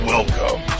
Welcome